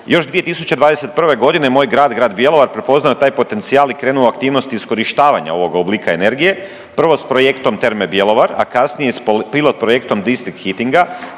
Još 2021. godine moj grad, grad Bjelovar prepoznao je taj potencijal i krenuo je u aktivnost iskorištavanja ovog oblika energije. Prvo s projektom Terme Bjelovar, a kasnije i s pilot projektom distim heatinga,